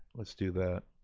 let's do that.